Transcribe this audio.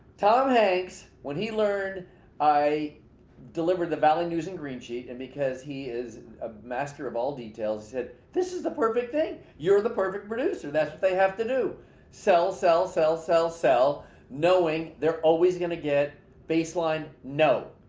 tom hanks, when he learned i delivered the valley news and green sheet and because he is a master of all details. he said, this is the perfect thing you're the perfect producer that's what they have to do sell sell sell sell sell knowing they're always gonna get baseline no.